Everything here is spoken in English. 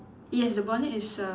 yes the bonnet is erm